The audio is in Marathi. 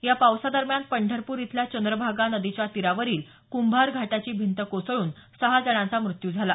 या पावसादरम्यान पंढरपूर इथल्या चंद्रभागा नदीच्या तीरावरील कुंभार घाटाची भिंत कोसळून सहा जणांचा मृत्यू झाला